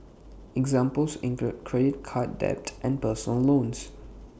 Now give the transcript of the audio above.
examples include credit card debt and personal loans